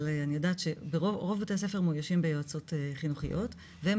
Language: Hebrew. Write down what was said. אבל אני יודעת שרוב בתי הספר מונגשים ביועצות חינוכיות והן